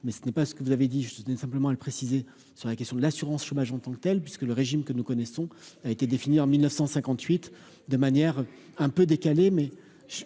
mais ce n'est pas ce que vous avez dit, je tenais simplement à le préciser, sur la question de l'assurance chômage en tant que telle, puisque le régime que nous connaissons, a été défini en 1958 de manière un peu décalée,